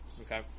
Okay